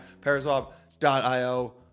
paraswap.io